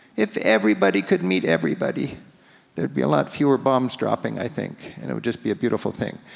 if everybody could meet everybody there'd be a lot fewer bombs dropping i think. it would just be a beautiful thing.